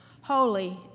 Holy